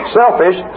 selfish